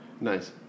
nice